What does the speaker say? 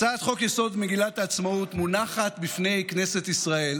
הצעת חוק-יסוד: מגילת העצמאות מונחת בפני כנסת ישראל